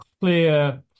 clear